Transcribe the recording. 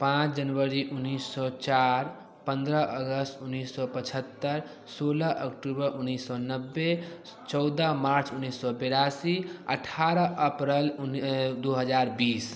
पाँच जनवरी उन्नीस सौ चार पन्द्रह अगस्त उन्नीस सौ पचहत्तर सोलह अक्टूबर उन्नीस सौ नब्बे चौदह मार्च उन्नीस सौ तेरासी अठारह अप्रैल दो हज़ार बीस